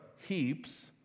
heaps